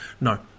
no